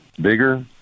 bigger